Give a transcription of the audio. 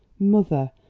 mother,